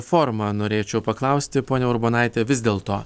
formą norėčiau paklausti ponia urbonaite vis dėlto